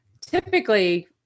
typically